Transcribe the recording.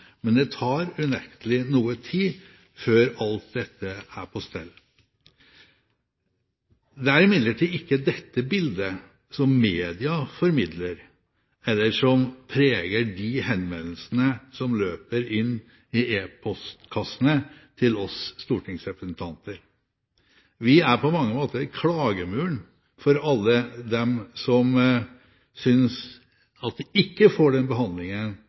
men det tar unektelig noe tid før alt dette er på stell. Det er imidlertid ikke dette bildet som media formidler, eller som preger de henvendelsene som løper inn i e-postkassene til oss stortingsrepresentanter. Vi er på mange måter klagemuren for alle dem som synes at de ikke får den behandlingen